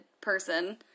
person